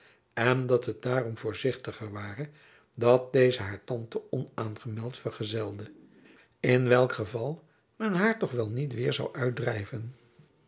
en dat het daarom voorzichtiger ware dat deze haar tante onaangemeld vergezelde in welk geval men haar toch wel niet weêr zoû uitdrijven